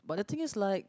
but the thing is like